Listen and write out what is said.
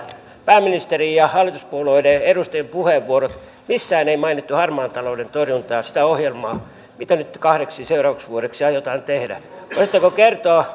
pääministerin ja hallituspuolueiden edustajien puheenvuorot missään ei mainittu harmaan talouden torjuntaa sitä ohjelmaa mitä nyt kahdeksi seuraavaksi vuodeksi aiotaan tehdä voisitteko kertoa